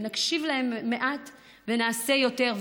נקשיב להם מעט ונעשה יותר,